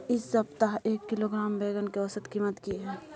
इ सप्ताह एक किलोग्राम बैंगन के औसत कीमत की हय?